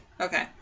Okay